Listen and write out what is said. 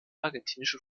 argentinische